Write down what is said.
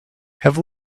have